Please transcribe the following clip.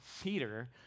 Peter